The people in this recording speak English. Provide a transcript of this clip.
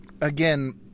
again